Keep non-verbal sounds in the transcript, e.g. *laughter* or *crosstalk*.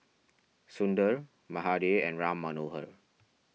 *noise* Sundar Mahade and Ram Manohar